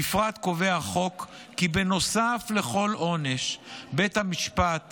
בפרט קובע החוק כי בנוסף לכל עונש בית המשפט